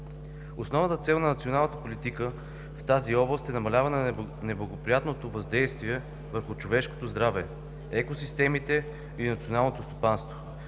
Основната цел на националната политика в тази област е намаляване на неблагоприятното въздействие върху човешкото здраве, екосистемите и националното стопанство,